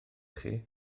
chi